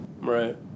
right